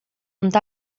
ond